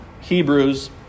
Hebrews